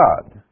God